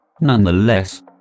Nonetheless